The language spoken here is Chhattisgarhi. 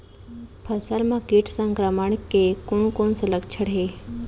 फसल म किट संक्रमण के कोन कोन से लक्षण हे?